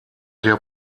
der